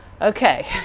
Okay